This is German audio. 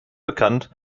bekannt